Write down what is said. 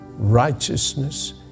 Righteousness